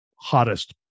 hottest